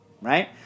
right